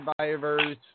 survivors